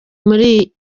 muri